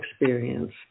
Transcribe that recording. experience